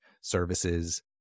services